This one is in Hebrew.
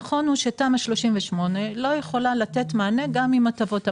נכון שתמ"א 38 לא יכול לתת מענה גם עם הטבות המס,